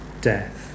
death